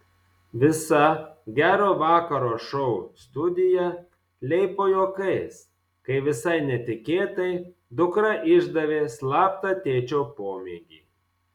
visa gero vakaro šou studija leipo juokais kai visai netikėtai dukra išdavė slaptą tėčio pomėgį